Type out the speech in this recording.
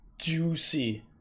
juicy